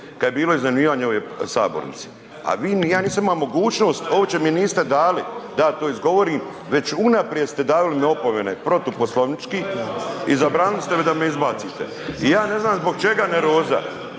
kad je bilo iznajmljivanje ove sabornice, a vi ja nisam imao mogućnost uopće mi niste dali da ja to izgovorim već unaprijed ste dali mi opomene, protuposlovnički i zabranili ste da me izbacite. I ja ne znam zbog čega nervoza.